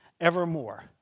evermore